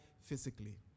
physically